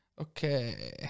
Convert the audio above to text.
Okay